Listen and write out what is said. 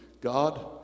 God